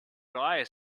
guy